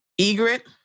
Egret